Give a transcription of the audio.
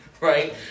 right